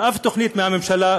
ושום תוכנית מהממשלה,